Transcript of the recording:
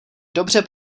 dobře